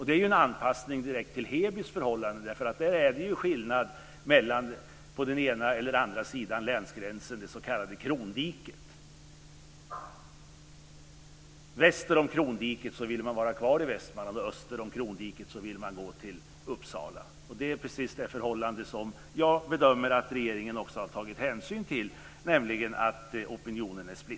Det är ju en anpassning direkt till Hebys förhållanden därför att där är det skillnad mellan den ena och den andra sidan av länsgränsen, det s.k. krondiket. Väster om krondiket vill man vara kvar i Västmanland, och öster om krondiket vill man gå över till Uppsala. Det är precis det förhållandet, alltså att opinionen är splittrad, som jag bedömer att också regeringen har tagit hänsyn till.